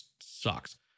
sucks